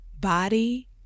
body